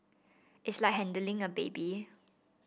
it's like handling a baby